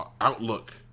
outlook